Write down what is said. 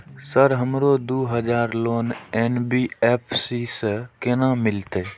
Sir हमरो दूय हजार लोन एन.बी.एफ.सी से केना मिलते?